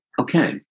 Okay